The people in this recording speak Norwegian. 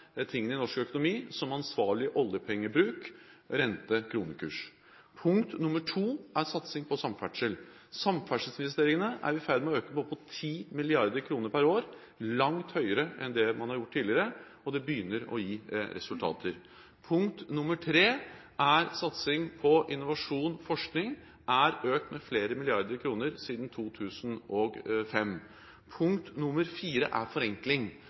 tingene i norsk økonomi, som ansvarlig oljepengebruk og rente- og kronekurs. Punkt nr. 2 er satsing på samferdsel. Samferdselsinvesteringene er vi i ferd med å øke med opp mot 10 mrd. kr per år – langt høyere enn det man har gjort tidligere – og det begynner å gi resultater. Punkt nr. 3 er satsing på innovasjon